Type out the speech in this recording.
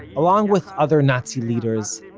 along with other nazi leaders,